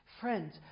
Friends